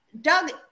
Doug